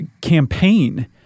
campaign